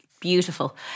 Beautiful